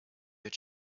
your